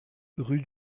rue